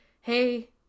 Hey